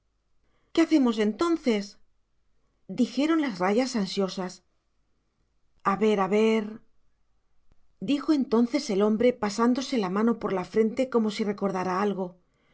qué hacemos entonces dijeron las rayas ansiosas a ver a ver dijo entonces el hombre pasándose la mano por la frente como si recordara algo